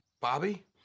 Bobby